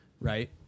Right